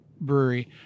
brewery